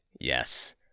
Yes